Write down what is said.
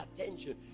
attention